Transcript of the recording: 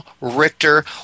Richter